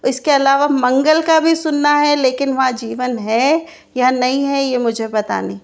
इसके इलावा मंगल का भी सुना है लेकिन वहां जीवन है या नहीं है यह मुझे पता नही